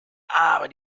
aber